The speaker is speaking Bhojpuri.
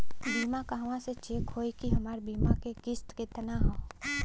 बीमा कहवा से चेक होयी की हमार बीमा के किस्त केतना ह?